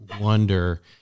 wonder